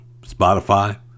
Spotify